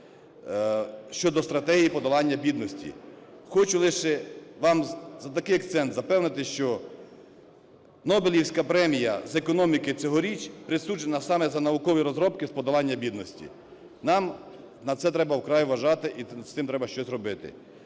щодо стратегії подолання бідності. Хочу лише вам за такий акцент запевнити, що Нобелівська премія з економіки цьогоріч присуджена саме за наукові розробки з подолання бідності. Нам на це треба вкрай вважати і з цим треба щось робити.